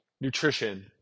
nutrition